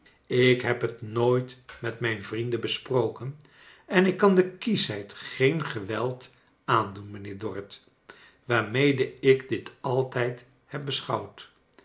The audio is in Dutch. ik heb het nooit met mijn vrienden besproken en ik kan de kieschheid geen geweld aandoen mrjnheer dorrit waarmede ik dit altijd heb beschouwd